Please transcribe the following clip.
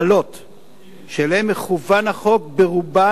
שאליהן מכוון החוק, ברובן אין פנימיות צמודות.